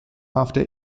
after